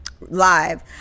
live